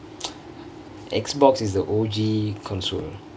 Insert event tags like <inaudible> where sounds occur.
<noise> X box is the O_G console